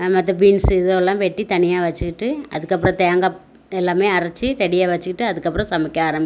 மற்ற பீன்ஸ்ஸு இதெல்லாம் வெட்டி தனியாக வச்சுக்கிட்டு அதுக்கப்புறம் தேங்காய் எல்லாமே அரச்சு ரெடியாக வச்சுக்கிட்டு அதுக்கப்புறம் சமைக்க ஆரம்பிக்கணும்